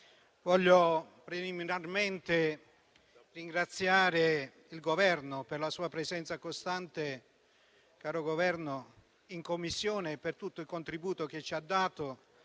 voglio preliminarmente ringraziare il Governo per la sua presenza costante in Commissione, per tutto il contributo che ci ha dato